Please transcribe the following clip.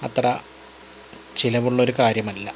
അത്ര ചിലവുള്ളൊരു കാര്യമല്ല